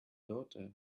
daughter